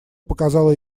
показала